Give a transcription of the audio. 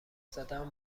زدن